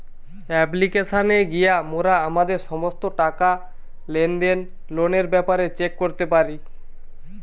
অ্যাপ্লিকেশানে গিয়া মোরা আমাদের সমস্ত টাকা, লেনদেন, লোনের ব্যাপারে চেক করতে পারি